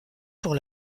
pour